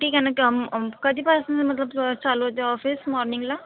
ठीक आहे ना क कधीपासनं मतलब चालू होते ऑफिस मॉर्निंगला